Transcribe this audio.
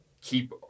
keep